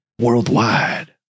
Worldwide